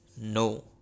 no